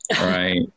Right